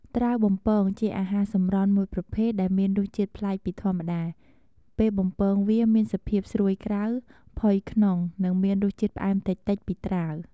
ត្រាវបំពង ជាអាហារសម្រន់មួយប្រភេទដែលមានរសជាតិប្លែកពីធម្មតា ពេលបំពងវាមានសភាពស្រួយក្រៅ ផុយក្នុង និងមានរសជាតិផ្អែមតិចៗពីត្រាវ។